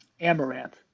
amaranth